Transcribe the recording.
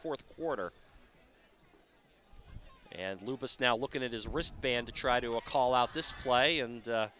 fourth quarter and lucas now looking at his wristband to try to a call out this way and